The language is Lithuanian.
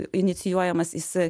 inicijuojamas jis